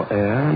air